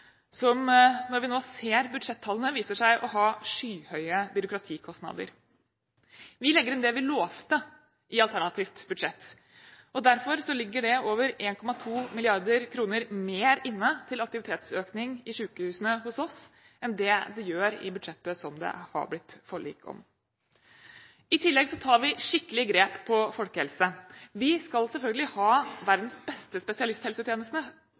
som, når vi nå ser budsjettallene, viser seg å ha skyhøye byråkratikostnader. Vi legger inn det vi lovte i alternativt budsjett. Derfor ligger det over 1,2 mrd. kr mer inne til aktivitetsøkning i sykehusene hos oss enn det gjør i budsjettet som det har blitt forlik om. I tillegg tar vi skikkelig grep på folkehelse. Vi skal selvfølgelig ha verdens beste spesialisthelsetjeneste,